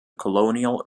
colonial